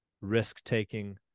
risk-taking